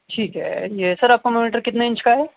ٹھیک ہے یہ سر آپ کا مانیٹر کتنے انچ کا ہے